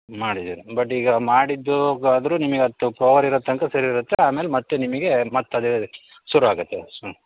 ಮಾಡಿದ್ದೀರಾ ಬಟ್ ಈಗ ಮಾಡಿದ್ದೂ ಆದರೂ ನಿಮಗ್ ಅದು ಪವರ್ ಇರೋ ತನಕ ಸರಿ ಇರತ್ತೆ ಆಮೇಲೆ ಮತ್ತೆ ನಿಮಗೆ ಮತ್ತೆ ಅದೆದೆ ಶುರು ಆಗತ್ತೆ ಹ್ಞೂ